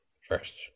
first